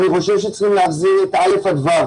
אני חושב שצריך להחזיר את ה'-ו'.